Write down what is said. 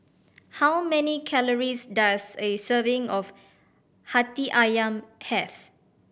how many calories does a serving of Hati Ayam have